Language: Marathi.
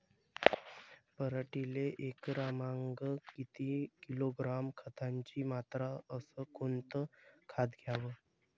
पराटीले एकरामागं किती किलोग्रॅम खताची मात्रा अस कोतं खात द्याव?